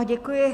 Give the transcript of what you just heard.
Děkuji.